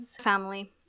family